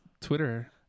Twitter